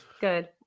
Good